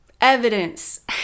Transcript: evidence